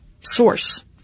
source